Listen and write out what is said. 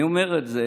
אני אומר את זה,